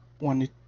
wanted